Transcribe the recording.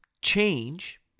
change